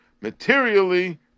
materially